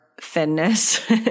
thinness